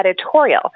editorial